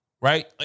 right